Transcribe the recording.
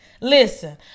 Listen